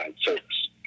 service